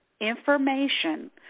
information